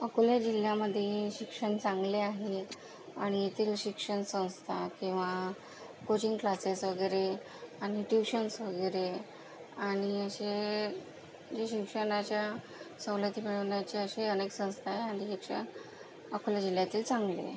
अकोला जिल्ह्यामध्ये शिक्षण चांगले आहे आणि येथील शिक्षणसंस्था किंवा कोचिंग क्लासेस वगैरे आणि ट्यूशन्स वगैरे आणि असे जे शिक्षणाच्या सवलती मिळवण्याच्या असे अनेक संस्था आहे आणि याच्या अकोला जिल्ह्याचे चांगले आहे